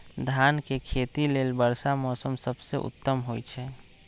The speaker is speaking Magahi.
धान के खेती लेल वर्षा मौसम सबसे उत्तम होई छै